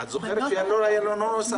את זוכרת שלא היה לנו נוסח?